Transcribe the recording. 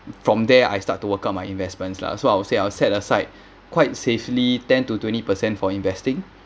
from there I start to work out my investments lah so I'll say I'll set aside quite safely ten to twenty percent for investing